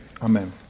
Amen